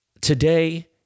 today